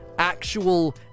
Actual